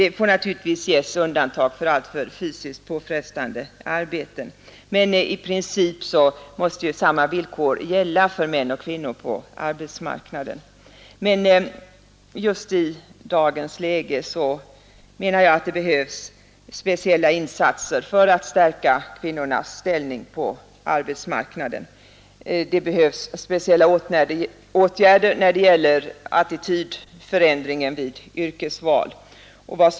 Det får naturligtvis göras undantag för fysiskt alltför påfrestande arbeten, men i princip måste samma villkor gälla för män och kvinnor på arbetsmarknaden. Men just i dagens läge menar jag att det behövs speciella insatser för att stärka kvinnornas ställning på arbetsmarknaden. Det behövs särskilda åtgärder när det gäller attitydförändringen vid yrkesval.